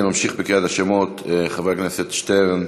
אני ממשיך בקריאת השמות: חברי הכנסת שטרן,